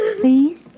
please